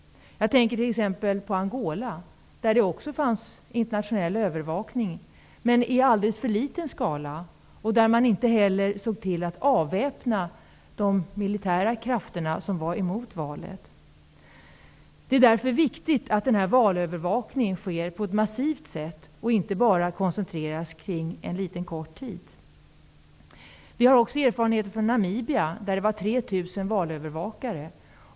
Jag tänker t.ex. på Angola där det också fanns internationell övervakning, men i alldeles för liten skala. Man såg inte heller till att avväpna de militära krafter som var emot valet. Därför är det viktigt att valövervakningen sker på ett massivt sätt och inte bara koncentreras under en kort tid. Vi har också erfarenheter från Namibia där det fanns 3 000 valövervakare.